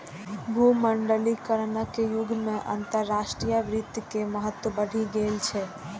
भूमंडलीकरणक युग मे अंतरराष्ट्रीय वित्त के महत्व बढ़ि गेल छै